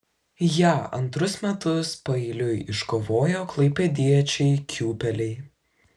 ją antrus metus paeiliui iškovojo klaipėdiečiai kiūpeliai